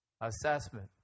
assessment